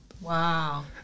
Wow